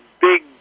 big